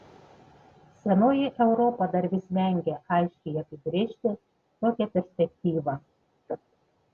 senoji europa dar vis vengia aiškiai apibrėžti tokią perspektyvą